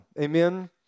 Amen